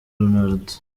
ronaldo